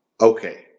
okay